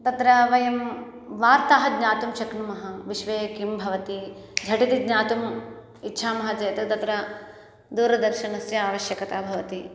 तत्र वयं वार्ताः ज्ञातुं शक्नुमः विश्वे किं भवति झटिति ज्ञातुम् इच्छामः चेत् तत्र दूरदर्शनस्य आवश्यकता भवति